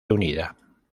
unida